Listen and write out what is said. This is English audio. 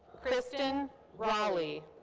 kristen raleigh.